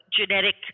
genetic